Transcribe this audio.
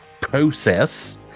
process